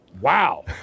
Wow